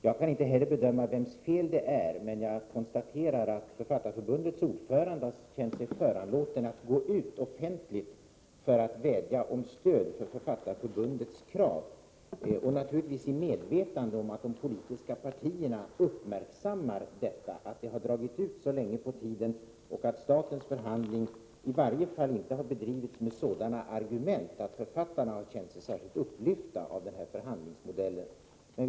Jag kan inte bedöma vems fel det är, men jag konstaterar att Författarförbundets ordförande har känt sig föranlåten att gå ut offentligt för att vädja om stöd för Författarförbundets krav, naturligtvis i medvetande om att de politiska partierna uppmärksammar att det har dragit ut så långt på tiden och att statens förhandlingar i varje fall inte har bedrivits med sådana argument att författarna har känt sig särskilt upplytta av förhandlingsmodellen.